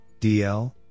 DL